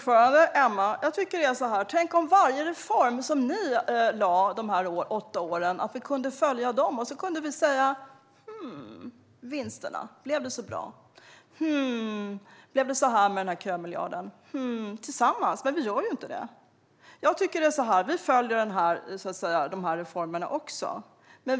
Fru talman! Tänk om vi kunde följa varje reform som ni presenterade under era åtta år, Emma Henriksson! Vi skulle tillsammans kunna fråga oss om det blev så bra med vinsterna eller med kömiljarden, men det gör vi inte. Vi följer dessa reformer.